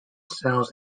cells